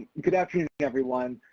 good afternoon everyone.